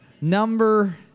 number